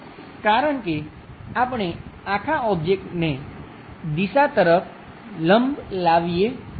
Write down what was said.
કારણ કે આપણે આખા ઓબ્જેક્ટને દિશા તરફ લંબ લાવીએ છીએ